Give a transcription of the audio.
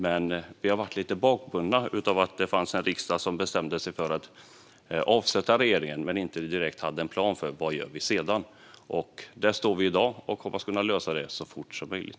Men vi har varit lite bakbundna av att riksdagen bestämde sig för att avsätta regeringen men inte direkt hade en plan för vad man skulle göra sedan. Där står vi i dag. Vi hoppas kunna lösa det så fort som möjligt.